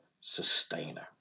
sustainer